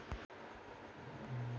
కోరా నీటి పారుదల ప్రయోజనాలు ఏమిటి?